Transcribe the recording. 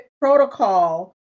protocol